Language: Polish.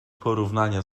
porównania